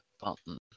button